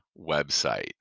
website